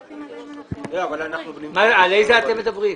על איזה פרויקטים אתם מדברים?